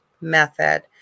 method